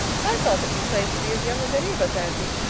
i thought that you claimed to be as young as any of us, aunty,